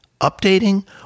updating